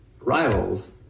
rivals